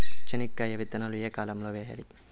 చెనక్కాయ విత్తనాలు ఏ కాలం లో వేయాలి?